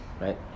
right